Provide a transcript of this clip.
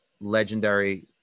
legendary